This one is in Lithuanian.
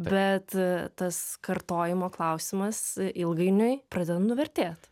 bet tas kartojimo klausimas ilgainiui pradeda nuvertėt